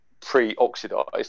pre-oxidized